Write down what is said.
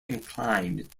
inclined